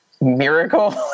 miracle